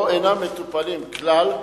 או אינם מטופלים כלל,